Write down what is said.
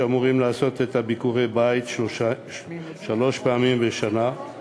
שאמורים לעשות את ביקורי הבית שלוש פעמים בשנה,